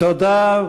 תודה.